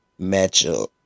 matchup